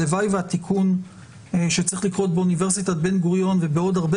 והלוואי והתיקון שצריך לקרות באוניברסיטת בן-גוריון ובעוד הרבה